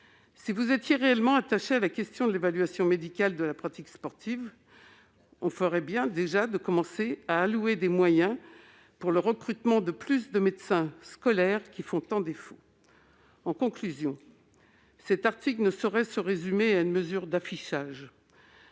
Si vous étiez réellement attachés à la question de l'évaluation médicale de la pratique sportive, vous feriez mieux de commencer par allouer des moyens au recrutement d'un nombre accru de médecins scolaires, qui font tant défaut aujourd'hui. Cet article ne saurait se résumer à une mesure d'affichage.